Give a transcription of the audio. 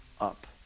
up